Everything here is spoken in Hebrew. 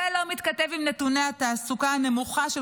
זה לא מתכתב עם נתוני התעסוקה הנמוכה של